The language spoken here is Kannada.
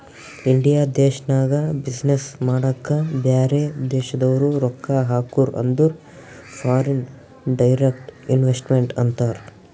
ಇಂಡಿಯಾ ದೇಶ್ನಾಗ ಬಿಸಿನ್ನೆಸ್ ಮಾಡಾಕ ಬ್ಯಾರೆ ದೇಶದವ್ರು ರೊಕ್ಕಾ ಹಾಕುರ್ ಅಂದುರ್ ಫಾರಿನ್ ಡೈರೆಕ್ಟ್ ಇನ್ವೆಸ್ಟ್ಮೆಂಟ್ ಅಂತಾರ್